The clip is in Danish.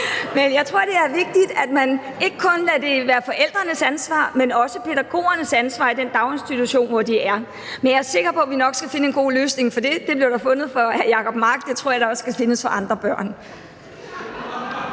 men jeg tror, det er vigtigt, at man ikke kun lader det være forældrenes ansvar, men også pædagogernes ansvar i den daginstitution, hvor de er. Men jeg er sikker på, at vi nok skal finde en god løsning for det. Det blev der fundet for hr. Jacob Mark, og det tror jeg at der også nok skal findes for andre børn.